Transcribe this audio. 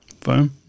Fine